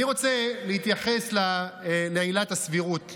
אני רוצה להתייחס לעילת הסבירות,